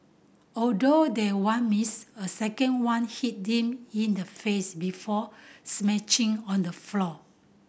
although that one missed a second one hit him in the face before smashing on the floor